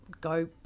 go